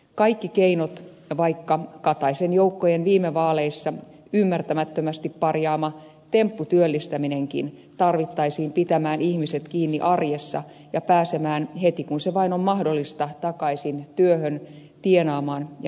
kaikki keinot vaikka kataisen joukkojen viime vaaleissa ymmärtämättömästi parjaama tempputyöllistäminenkin tarvittaisiin pitämään ihmiset kiinni arjessa ja pääsemään heti kun se vain on mahdollista takaisin työhön tienaamaan ja maksamaan veroja